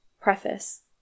Preface